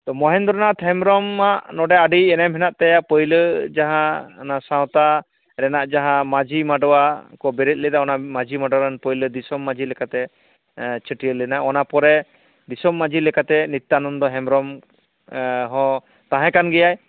ᱛᱚ ᱢᱚᱦᱮᱱᱫᱨᱚᱱᱟᱛᱷ ᱦᱮᱢᱵᱨᱚᱢᱟᱜ ᱱᱚᱰᱮ ᱟᱹᱰᱤ ᱮᱱᱮᱢ ᱦᱮᱱᱟᱜ ᱛᱟᱭᱟ ᱯᱟᱹᱭᱞᱟᱹ ᱡᱟᱦᱟᱸ ᱚᱱᱟ ᱥᱟᱶᱛᱟ ᱨᱮᱱᱟᱜ ᱡᱟᱦᱟᱸ ᱢᱟᱺᱡᱷᱤ ᱢᱟᱰᱣᱟ ᱵᱮᱨᱮᱫ ᱞᱮᱫᱟ ᱚᱱᱟ ᱢᱟᱺᱡᱷᱤ ᱢᱟᱰᱣᱟ ᱨᱮᱱ ᱯᱳᱭᱞᱳ ᱫᱤᱥᱚᱢ ᱢᱟᱺᱡᱷᱤ ᱞᱮᱠᱟᱛᱮ ᱪᱷᱟᱹᱴᱭᱟᱹᱨ ᱞᱮᱱᱟ ᱚᱱᱟ ᱯᱚᱨᱮ ᱫᱤᱥᱚᱢ ᱢᱟᱺᱡᱷᱤ ᱞᱮᱠᱟᱛᱮ ᱱᱤᱛᱟᱱᱚᱱᱫᱚ ᱦᱮᱢᱵᱨᱚᱢ ᱦᱚᱸ ᱛᱟᱦᱮᱸ ᱠᱟᱱ ᱜᱮᱭᱟᱭ